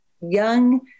young